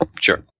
Sure